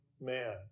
man